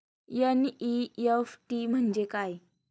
NEFT म्हणजे काय?